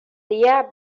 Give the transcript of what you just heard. dia